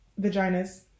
vaginas